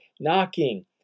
knocking